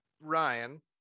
ryan